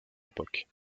époque